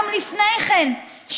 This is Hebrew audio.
גם לפני כן,